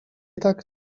tak